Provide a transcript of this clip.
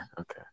Okay